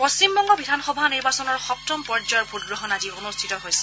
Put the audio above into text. পশ্চিমবংগ বিধানসভা নিৰ্বাচনৰ সপ্তম পৰ্যায়ৰ ভোটগ্ৰহণ আজি অনুষ্ঠিত হৈছে